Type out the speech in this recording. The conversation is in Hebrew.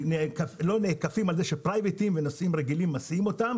לא נאכפים על זה שפרייבטים ונוסעים רגילים מסיעים אותם